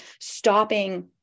stopping